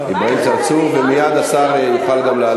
הם שונים.